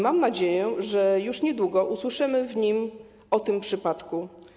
Mam nadzieję, że już niedługo usłyszymy w nim o tym przypadku.